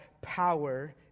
power